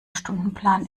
stundenplan